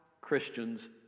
Christians